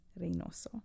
Reynoso